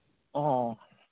ꯑꯣ